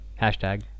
hashtag